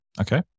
Okay